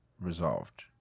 resolved